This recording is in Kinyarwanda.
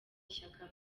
ishyaka